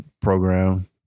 program